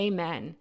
Amen